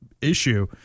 issue